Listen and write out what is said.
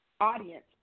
audience